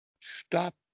Stop